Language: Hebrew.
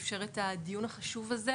נמוך.